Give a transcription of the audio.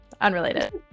unrelated